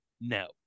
No